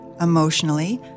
emotionally